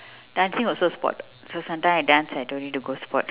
dancing also sport [what] so sometimes I dance I don't need to go sport